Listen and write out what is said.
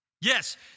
Yes